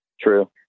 True